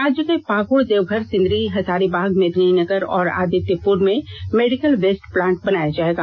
राज्य के पाकुड़ देवघर सिंदरी हजारीबाग मेदिनीनगर और आदित्यपुर में मेडिकल वेस्ट प्लांट बनाया जाएगा